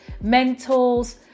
mentors